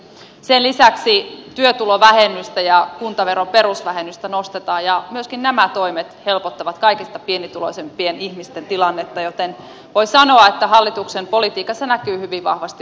sen lisäksi työtulovähennystä ja kuntaveron perusvähennystä nostetaan ja myöskin nämä toimet helpottavat kaikista pienituloisimpien ihmisten tilannetta joten voi sanoa että hallituksen politiikassa näkyy hyvin vahvasti oikeudenmukaisuuden kädenjälki